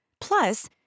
Plus